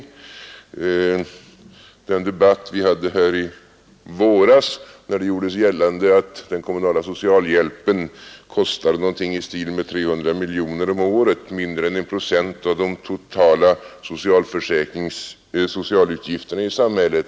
I den debatt vi förde om dessa frågor i våras gjordes det gällande att den kommunala socialhjälpen kostar någonting på 300 miljoner kronor om året, dvs. mindre än 1 procent av de totala sociala utgifterna i samhället.